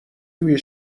توی